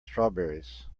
strawberries